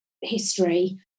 history